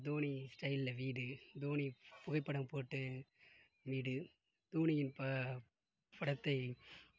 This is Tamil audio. தோனி ஸ்டைலை வீடு தோனி புகைப்படம் போட்ட வீடு தோனியின் ப படத்தை